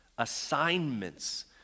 assignments